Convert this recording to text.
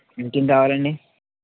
ఇంకేం కావాలండి